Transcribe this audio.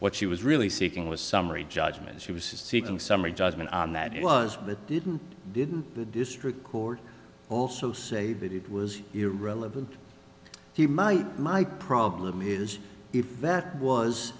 what she was really seeking was a summary judgment she was seeking summary judgment on that it was but didn't didn't the district court also say that it was irrelevant he might my problem is if that was